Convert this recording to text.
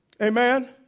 Amen